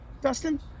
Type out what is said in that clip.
dustin